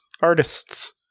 artists